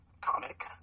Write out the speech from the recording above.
comic